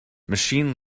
machine